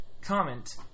comment